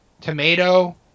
tomato